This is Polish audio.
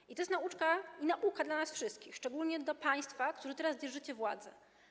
I to jest nauczka i nauka dla nas wszystkich, szczególnie dla państwa, którzy teraz dzierżycie władzę.